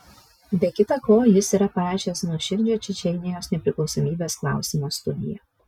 be kita ko jis yra parašęs nuoširdžią čečėnijos nepriklausomybės klausimo studiją